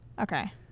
okay